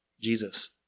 Jesus